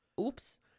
Oops